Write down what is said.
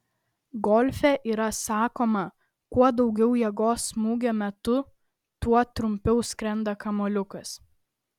golfe yra sakoma kuo daugiau jėgos smūgio metu tuo trumpiau skrenda kamuoliukas